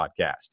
podcast